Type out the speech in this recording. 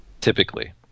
Typically